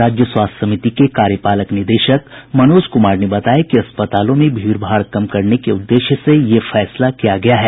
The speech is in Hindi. राज्य स्वास्थ्य समिति के कार्यपालक निदेशक मनोज कुमार ने बताया कि अस्पतालों में भीड़ भाड़ कम करने के उद्देश्य से यह फैसला किया गया है